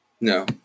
No